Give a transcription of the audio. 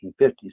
1950s